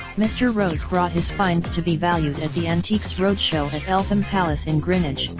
mr rose brought his finds to be valued at the antiques roadshow at at eltham palace in greenwich,